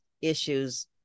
issues